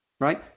right